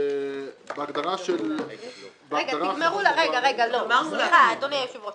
בהגדרה של -- רגע אדוני היושב ראש,